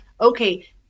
okay